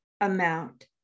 amount